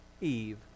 Eve